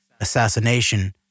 assassination